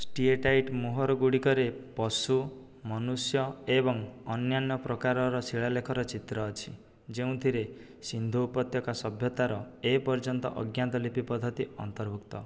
steatite ମୋହର ଗୁଡ଼ିକରେ ପଶୁ ମନୁଷ୍ୟ ଏବଂ ଅନ୍ୟାନ୍ୟ ପ୍ରକାରର ଶିଳାଲେଖର ଚିତ୍ର ଅଛି ଯେଉଁଥିରେ ସିନ୍ଧୁ ଉପତ୍ୟକା ସଭ୍ୟତାର ଏପର୍ଯ୍ୟନ୍ତ ଅଜ୍ଞାତ ଲିପି ପଦ୍ଧତି ଅନ୍ତର୍ଭୁକ୍ତ